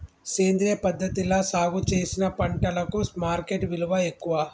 సేంద్రియ పద్ధతిలా సాగు చేసిన పంటలకు మార్కెట్ విలువ ఎక్కువ